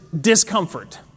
discomfort